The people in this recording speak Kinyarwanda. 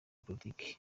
politiki